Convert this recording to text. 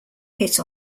hit